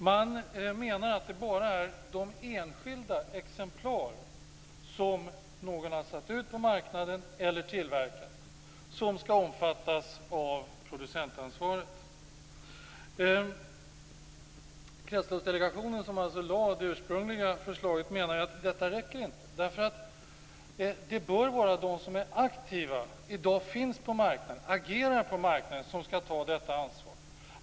Man menar att det bara är de enskilda exemplar som någon har tillverkat eller satt ut på marknaden som skall omfattas av producentansvaret. Kretsloppsdelegationen, som alltså lade fram det ursprungliga förslaget, menade att detta inte räcker. Det bör vara de som är aktiva, de som i dag finns på marknaden och agerar på marknaden som skall ta detta ansvar.